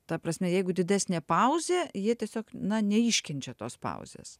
ta prasme jeigu didesnė pauzė jie tiesiog na neiškenčia tos pauzės